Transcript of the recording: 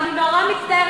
אני נורא מצטערת.